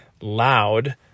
loud